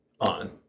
on